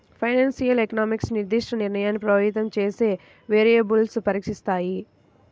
financial economics నిర్దిష్ట నిర్ణయాన్ని ప్రభావితం చేసే వేరియబుల్స్ను పరీక్షిస్తాయి